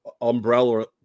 umbrella